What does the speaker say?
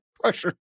Pressure